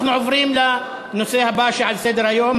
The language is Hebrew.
אנחנו עוברים לנושא הבא שעל סדר-היום: